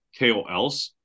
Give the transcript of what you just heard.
KOLs